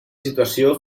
situació